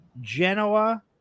Genoa